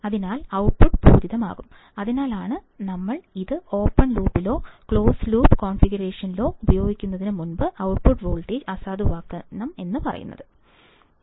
അതിനാൽ ഔട്ട്പുട്ട് പൂരിതമാകും അതിനാലാണ് ഞങ്ങൾ ഇത് ഓപ്പൺ ലൂപ്പിലോ ക്ലോസ്ഡ് ലൂപ്പ് കോൺഫിഗറേഷനിലോ ഉപയോഗിക്കുന്നതിന് മുമ്പ് ഔട്ട്പുട്ട് വോൾട്ടേജ് അസാധുവാക്കാൻ ശ്രമിക്കേണ്ടത്